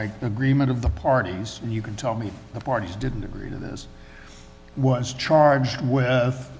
agreement of the parties and you can tell me the parties didn't agree to this was charged with